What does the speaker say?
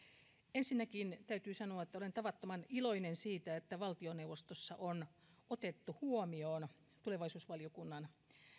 ensinnäkin täytyy sanoa että olen tavattoman iloinen siitä että valtioneuvostossa on otettu huomioon tulevaisuusvaliokunnan